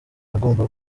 agomba